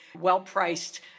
well-priced